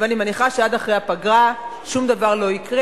ואני מניחה שעד אחרי הפגרה שום דבר לא יקרה,